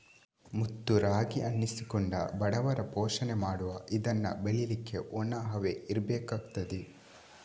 ಮುತ್ತು ರಾಗಿ ಅನ್ನಿಸಿಕೊಂಡ ಬಡವರ ಪೋಷಣೆ ಮಾಡುವ ಇದನ್ನ ಬೆಳೀಲಿಕ್ಕೆ ಒಣ ಹವೆ ಇರ್ಬೇಕಾಗ್ತದೆ